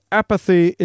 apathy